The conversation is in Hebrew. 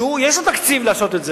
שיש לו תקציב לעשות את זה.